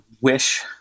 wish